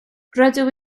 rydw